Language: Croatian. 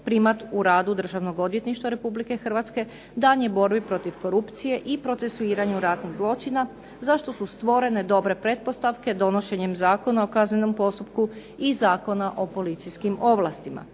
primat u radu Državnog odvjetništva RH, daljnjoj borbi protiv korupcije i procesuiranju ratnih zločina zašto su stvorene dobre pretpostavke donošenjem Zakona o kaznenom postupku i Zakona o policijskim ovlastima.